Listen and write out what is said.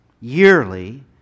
Yearly